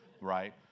right